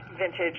vintage